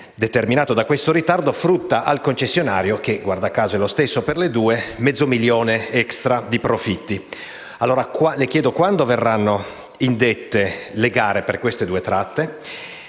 determinato da questo ritardo frutta al concessionario - guarda caso, è lo stesso per le due - mezzo milione *extra* di profitti. Le chiedo allora quando verranno indette le gare per queste due tratte.